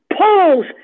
polls